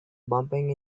bumping